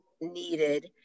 needed